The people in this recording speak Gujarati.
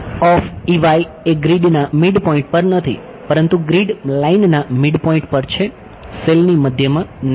એ ગ્રીડના મિડપોઈન્ટ પર છે સેલની મધ્યમાં નથી